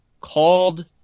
called